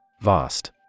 Vast